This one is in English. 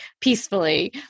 peacefully